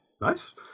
nice